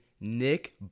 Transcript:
Nick